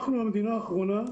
אנחנו המדינה האחרונה,